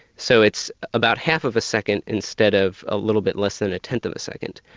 so it's about half of a second instead of a little bit less than a tenth of a second.